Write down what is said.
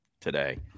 today